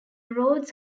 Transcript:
rhodes